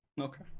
Okay